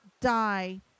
die